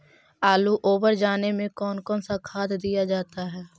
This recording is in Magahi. आलू ओवर जाने में कौन कौन सा खाद दिया जाता है?